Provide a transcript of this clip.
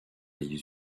les